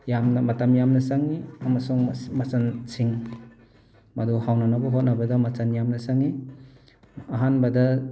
ꯌꯥꯝꯅ ꯃꯇꯝ ꯌꯥꯝꯅ ꯆꯪꯉꯤ ꯑꯃꯁꯨꯡ ꯃꯆꯟꯁꯤꯡ ꯃꯗꯨ ꯍꯥꯎꯅꯅꯕ ꯍꯣꯠꯅꯕꯗ ꯃꯆꯟ ꯌꯥꯝꯅ ꯆꯪꯉꯤ ꯑꯍꯥꯟꯕꯗ